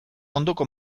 ondoko